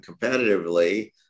competitively